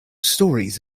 stories